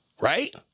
Right